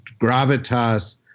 gravitas